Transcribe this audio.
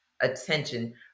attention